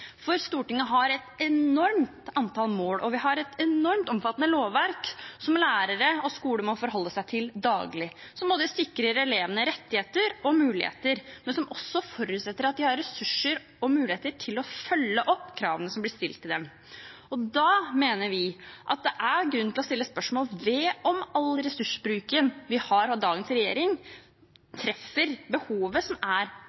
for Stortinget har et enormt antall mål, og vi har et enormt omfattende lovverk som lærere og skole må forholde seg til daglig. Det sikrer elevene både rettigheter og muligheter, men det forutsetter også at det er ressurser og muligheter til å følge opp kravene som blir stilt. Da mener vi det er grunn til å stille spørsmål ved om all ressursbruken vi har under dagens regjering,